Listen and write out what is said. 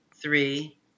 three